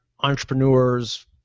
entrepreneurs